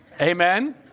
Amen